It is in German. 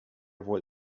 wohl